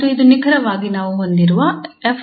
ಮತ್ತು ಇದು ನಿಖರವಾಗಿ ನಾವು ಹೊಂದಿರುವ 𝑓̂𝛼